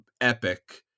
epic